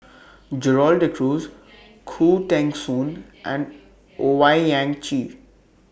Gerald De Cruz Khoo Teng Soon and Owyang Chi